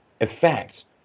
effect